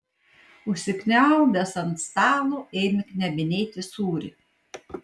užsikniaubęs ant stalo ėmė knebinėti sūrį